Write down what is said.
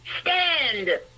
stand